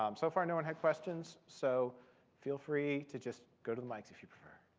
um so far, no one had questions. so feel free to just go to the mics if you prefer.